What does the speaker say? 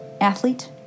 athlete